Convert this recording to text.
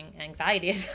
anxiety